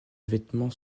vêtements